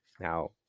Now